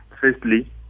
Firstly